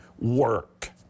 work